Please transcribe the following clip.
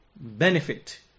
benefit